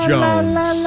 Jones